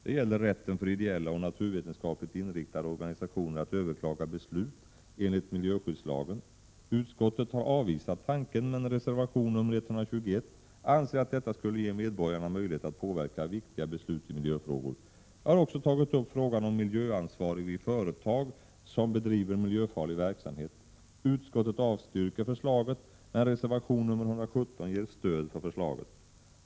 Det gäller rätten för ideella och naturvetenskapligt inriktade organisationer att överklaga beslut enligt miljöskyddslagen. Utskottet har avvisat tanken, men i reservation nr 121 anses att detta skulle ge medborgarna möjlighet att påverka viktiga beslut i miljöfrågor. Jag har också tagit upp frågan om miljöansvarig vid företag som bedriver miljöfarlig verksamhet. Utskottet avstyrker förslaget, men i reservation nr 117 ges stöd för förslaget.